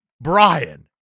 Brian